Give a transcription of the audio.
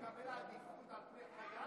הוא מקבל עדיפות על החייל,